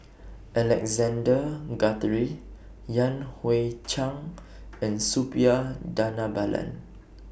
Alexander Guthrie Yan Hui Chang and Suppiah Dhanabalan